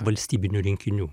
valstybinių rinkinių